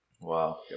Wow